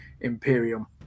Imperium